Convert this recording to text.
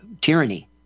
tyranny